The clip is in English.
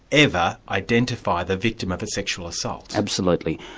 ever identify the victim of a sexual assault. absolutely.